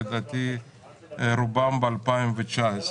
לדעתי רובן ב-2019.